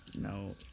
No